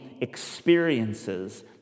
experiences